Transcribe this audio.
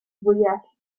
fwyell